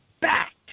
back